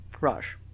Raj